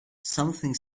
something